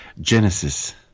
Genesis